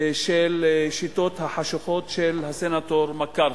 של השיטות החשוכות של הסנטור מקארתי.